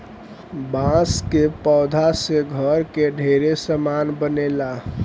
बांस के पौधा से घर के ढेरे सामान बनेला